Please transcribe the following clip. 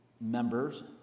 members